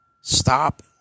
Stop